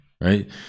right